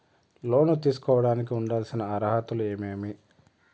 లోను తీసుకోడానికి ఉండాల్సిన అర్హతలు ఏమేమి?